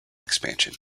expansion